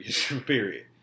period